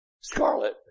Scarlet